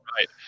Right